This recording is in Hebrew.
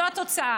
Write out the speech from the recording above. זו התוצאה.